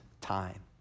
time